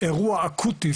אירוע אקוטי,